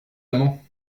amant